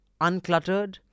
uncluttered